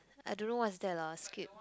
I don't know what's that lah skip